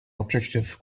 objective